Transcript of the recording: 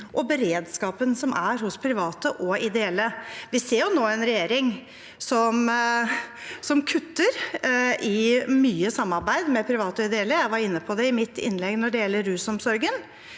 og beredskapen som er hos private og ideelle aktører. Vi ser nå en regjering som kutter i mye samarbeid med private og ideelle. Jeg var inne på det i mitt innlegg når det gjelder rusomsorgen.